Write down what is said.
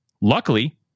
Luckily